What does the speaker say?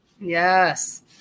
Yes